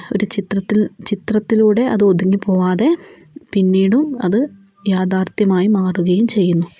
ഒരു ചിത്രത്തിൽ ചിത്രത്തിലൂടെ അതൊതുങ്ങിപ്പോവാതെ പിന്നീടും അത് യാഥാർഥ്യമായി മാറുകയും ചെയ്യുന്നു